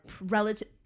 relative